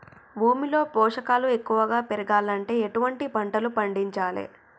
భూమిలో పోషకాలు ఎక్కువగా పెరగాలంటే ఎటువంటి పంటలు పండించాలే?